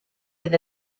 fydd